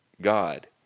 God